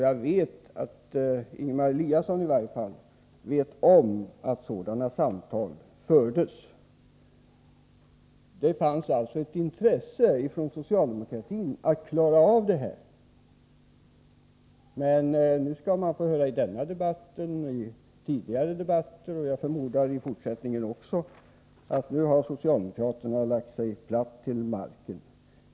Jag vet att Ingemar Eliasson kände till att sådana samtal fördes. Det fanns alltså ett intresse från socialdemokratin att klara av det här. Men nu får man i denna debatt, i tidigare debatter, och jag förmodar även i fortsättningen, höra att socialdemokraterna har lagt sig platt till marken.